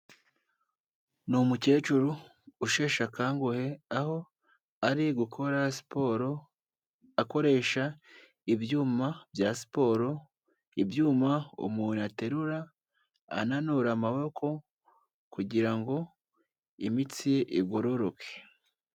Ni umukecuru usheshe akanguhe, aho ari gukora siporo akoresha ibyuma bya siporo. Ibyuma umuntu yaterura ananura amaboko, kugira ngo imitsi ye igororoke.